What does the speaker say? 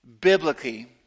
biblically